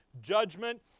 judgment